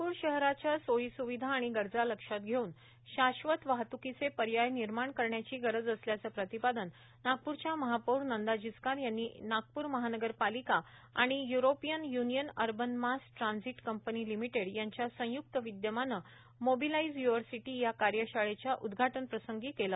नागपूर हराच्या सोयीसुविषा आणि गरजा लक्षात वेवून ाश्वत वाहतूकुीचे पर्याय निर्माण करण्याची गरज असल्याचं प्रतिपादन नागपूरच्या महापौर नंदा जिव्कार यांनी नागपूर महानगरपालिका आणि European union urban mass transit company limited यांच्या संयुक्त विद्यमानं मोबिलाइज यूवर सिटी या कार्यशाळेच्या उद्याटनप्रसंगी केलं